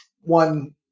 one